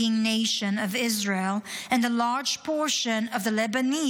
nation of Israel and the large portion of the Lebanese